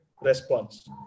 response